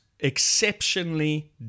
exceptionally